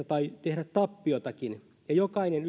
tai tehdä tappiotakin jokainen